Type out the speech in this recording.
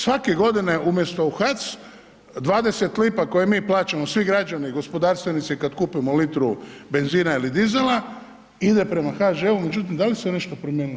Svake godine umjesto u HAC, 20 lipa koje mi plaćamo, svi građani gospodarstvenici kad kupimo litru benzina ili dizela ide prema HŽ-u, međutim da li se nešto promijenilo?